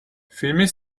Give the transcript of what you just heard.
filmin